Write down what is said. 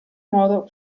modo